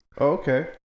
Okay